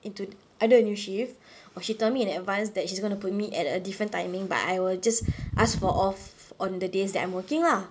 into either a new shift or she tell me in advance that she's going to put me at a different timing but I will just ask for off on the days that I'm working lah